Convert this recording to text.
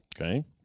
Okay